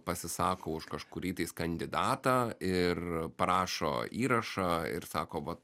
pasisako už kažkurį tais kandidatą ir parašo įrašą ir sako va